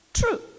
true